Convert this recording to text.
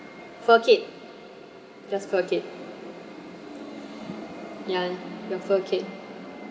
fur kid just fur kid ya your fur kid